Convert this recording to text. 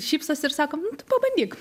šypsosi ir sako nu tu pabandyk